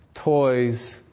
Toys